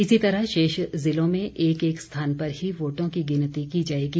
इसी तरह शेष जिलों में एक एक स्थान पर ही वोटों की गिनती की जायेगी